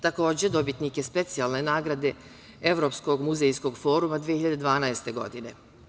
Takođe, dobitnik je specijalne nagrade Evropskog muzejskog foruma 2012. godine.